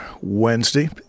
Wednesday